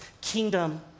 kingdom